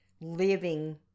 living